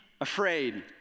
afraid